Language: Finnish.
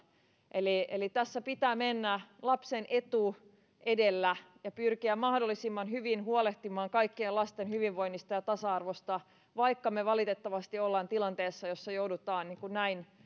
eli eli tässä pitää mennä lapsen etu edellä ja pyrkiä mahdollisimman hyvin huolehtimaan kaikkien lasten hyvinvoinnista ja tasa arvosta vaikka me valitettavasti olemme tilanteessa jossa joudutaan näin